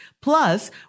plus